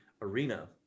arena